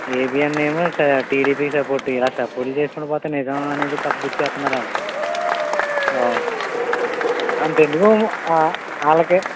ABN ఏమో టిడిపికి support ఇలా సపోర్టులు చేసుకుంటూ పోతే నిజం అనేది కప్పి పుచ్చేస్తున్నారు వాళ్ళు అంతెందుకు వాళ్ళకి